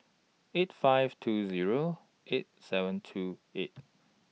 eight five two Zero eight seven two eight